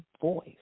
voice